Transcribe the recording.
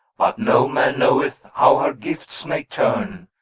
but no man knoweth how her gifts may turn,